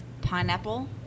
pineapple